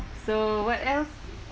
so what else